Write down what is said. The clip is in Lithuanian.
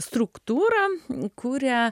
struktūrą kuria